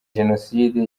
jenoside